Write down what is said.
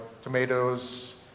tomatoes